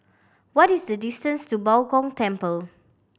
what is the distance to Bao Gong Temple